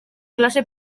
klase